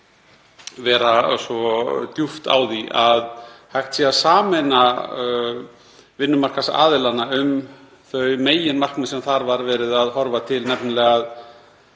vera svo djúpt á því að hægt sé að sameina vinnumarkaðsaðilana um þau meginmarkmið sem þar var verið að horfa til, nefnilega